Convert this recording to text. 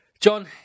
John